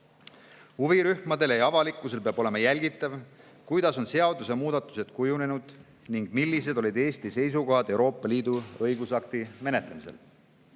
Huvirühmadele ja avalikkusele peab olema jälgitav, kuidas on seadusemuudatused kujunenud ning millised olid Eesti seisukohad Euroopa Liidu õigusaktide menetlemisel.